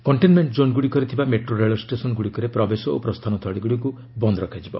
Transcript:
containment ଜୋନ୍ଗୁଡ଼ିକରେ ଥିବା metro ଷ୍ଟେସନଗୁଡ଼ିକରେ ପ୍ରବେଶ ଓ ପ୍ରସ୍ଥାନ ସ୍ଥଳୀଗୁଡ଼ିକୁ ବନ୍ଦ ରଖାଯିବ